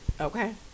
Okay